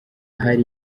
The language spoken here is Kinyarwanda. hari